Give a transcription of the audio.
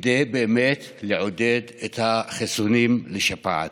כדי באמת לעודד את החיסונים נגד שפעת.